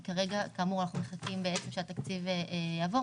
כי כרגע אנחנו מחכים שהתקציב יעבור,